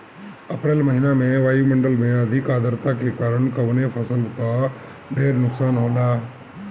अप्रैल महिना में वायु मंडल में अधिक आद्रता के कारण कवने फसल क ढेर नुकसान होला?